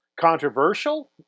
controversial